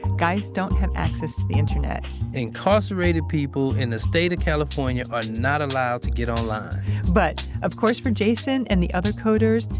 guys don't have access to the internet incarcerated people in the state of california are not allowed to get online but, of course for jason and the other coders,